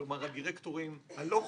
כלומר הדירקטורים הלא חיצוניים,